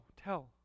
tell